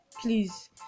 please